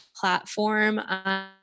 platform